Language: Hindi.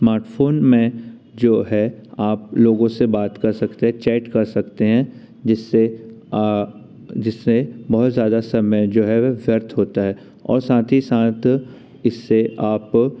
स्मार्टफोन में जो है आप लोगों से बात कर सकते हैं चैट कर सकते हैं जिससे जिससे बहुत ज़्यादा समय जो है वो व्यर्थ होता हैं और साथ ही साथ इससे आप